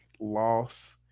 loss